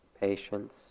patience